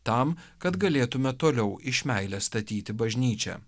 tam kad galėtume toliau iš meilės statyti bažnyčią